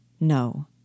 no